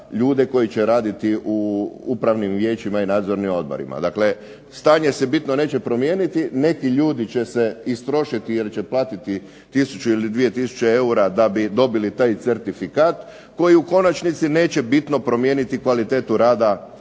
ljude koji će raditi u upravnim vijećima i nadzornim odborima. Stanje se neće bitno promijeniti, neki ljudi će se istrošiti jer će platiti 1000 ili 2000 eura da bi dobili taj certifikat koji u konačnici neće promijeniti bitno kvalitetu rada